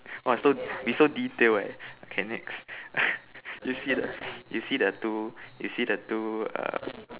!wah! so we so detail eh okay next you see the two you see the two err